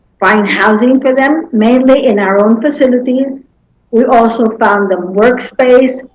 find housing for them, mainly in our own facilities we also found them work space.